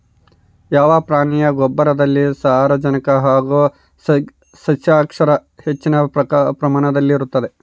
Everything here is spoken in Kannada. ಯಾವ ಪ್ರಾಣಿಯ ಗೊಬ್ಬರದಲ್ಲಿ ಸಾರಜನಕ ಹಾಗೂ ಸಸ್ಯಕ್ಷಾರ ಹೆಚ್ಚಿನ ಪ್ರಮಾಣದಲ್ಲಿರುತ್ತದೆ?